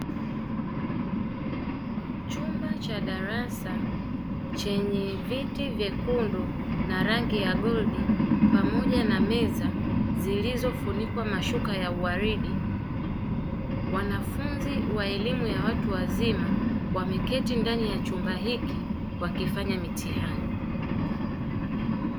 Chumba cha darasa chenye viti vyekundu na rangi ya goldi pamoja na meza zilizofunikwa mashuka ya uaridi, wanafunzi wa elimu ya watu wazima wameketi ndani ya chumba hiki wakifanya mitihani.